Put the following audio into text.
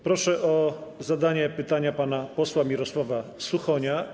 Proszę o zadanie pytania pana posła Mirosława Suchonia.